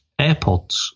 AirPods